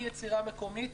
אי יצירה מקומית.